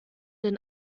den